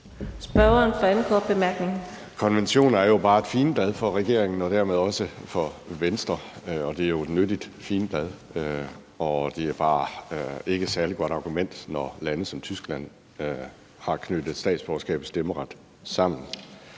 Ahrendtsen (DF): Konventioner er jo bare et figenblad for regeringen og dermed også for Venstre, og det er et nyttigt figenblad. Det er bare ikke et særlig godt argument, når lande som Tyskland har knyttet statsborgerskab og stemmeret sammen.